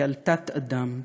כעל תת-אדם,